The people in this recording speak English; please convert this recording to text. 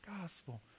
gospel